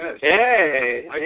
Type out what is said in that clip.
Hey